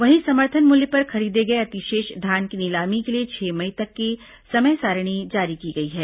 वहीं समर्थन मूल्य पर खरीदे गए अतिशेष धान की नीलामी के लिए छह मई तक की समय सारिणी जारी की गई है